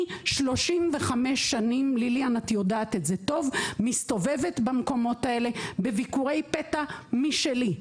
אני 35 שנים מסתובבת במקומות האלה בביקורי פתע משלי.